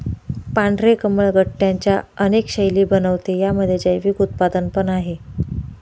पांढरे कमळ गट्ट्यांच्या अनेक शैली बनवते, यामध्ये जैविक उत्पादन पण आहे